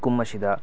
ꯀꯨꯝ ꯑꯁꯤꯗ